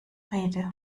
rede